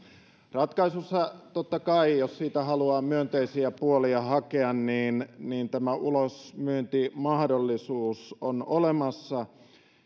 ratkaisussa totta kai jos siitä haluaa myönteisiä puolia hakea tämä ulosmyyntimahdollisuus on olemassa